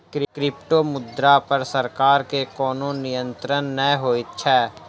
क्रिप्टोमुद्रा पर सरकार के कोनो नियंत्रण नै होइत छै